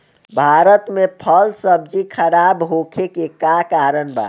भारत में फल सब्जी खराब होखे के का कारण बा?